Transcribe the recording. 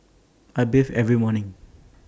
I bathe every morning